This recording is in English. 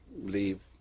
leave